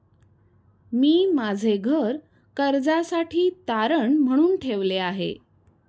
मी माझे घर कर्जासाठी तारण म्हणून ठेवले आहे